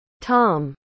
Tom